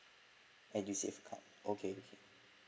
edusave account okay